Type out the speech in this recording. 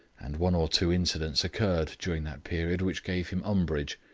and one or two incidents occurred during that period which gave him umbrage.